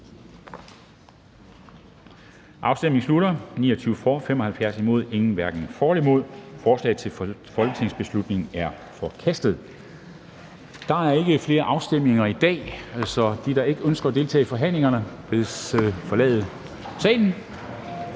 hverken for eller imod stemte 0. Forslaget til folketingsbeslutning er forkastet. Der er ikke flere afstemninger i dag, så de, der ikke ønsker at deltage i forhandlingerne, bedes forlade salen.